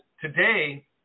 today